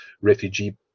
refugee